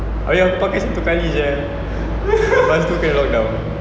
abeh aku pakai satu kali sia lepas tu kena lockdown